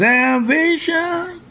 Salvation